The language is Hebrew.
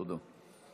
תודה.